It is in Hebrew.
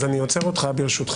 אז אני עוצר אותך ברשותך.